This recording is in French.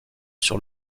sur